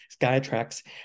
Skytrax